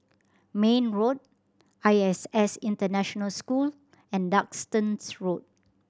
Mayne Road I S S International School and Duxton Road